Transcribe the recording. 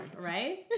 Right